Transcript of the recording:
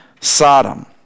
Sodom